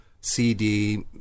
CD